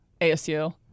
ASU